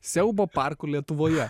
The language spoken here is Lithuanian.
siaubo parkų lietuvoje